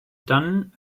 dann